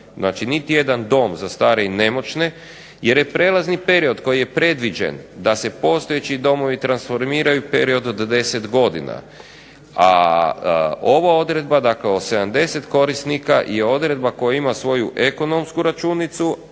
znači niti jedan dom za stare i nemoćne jer je prelazni period koji je predviđen da se postojeći domovi transformiraju period od 10 godina, a ova odredba o 70 korisnika je odredba koja ima svoju ekonomsku računicu,